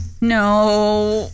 No